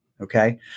okay